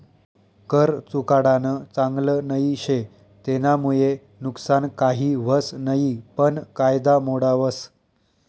कर चुकाडानं चांगल नई शे, तेनामुये नुकसान काही व्हस नयी पन कायदा मोडावस